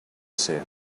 ser